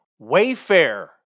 wayfair